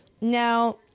Now